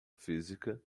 física